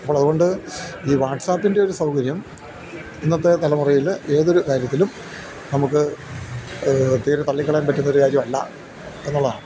അപ്പോൾ അതുകൊണ്ട് ഈ വാട്സാപ്പിൻ്റെ ഒരു സൗകര്യം ഇന്നത്തെ തലമുറയില് ഏതൊരു കാര്യത്തിലും നമുക്ക് തീരെ തള്ളിക്കളയാൻ പറ്റുന്നൊരു കാര്യമല്ല എന്നുള്ളതാണ്